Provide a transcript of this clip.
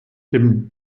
dem